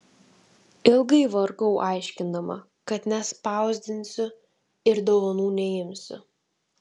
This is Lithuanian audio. ilgai vargau aiškindama kad nespausdinsiu ir dovanų neimsiu